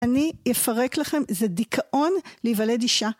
אני אפרק לכם, זה דיכאון להיוולד אישה.